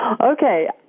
Okay